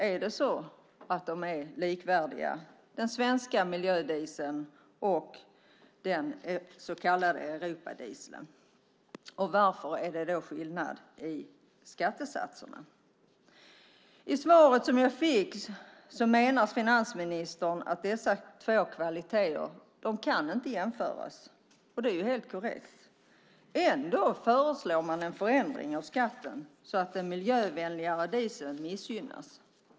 Är den svenska miljödieseln och den så kallade europadieseln likvärdiga? Varför är det skillnad i skattesatserna? I det svar som jag fick menar finansministern att dessa två kvaliteter inte kan jämföras, och det är helt korrekt. Ändå föreslår man en förändring av skatten så att den miljövänligare dieseln missgynnas.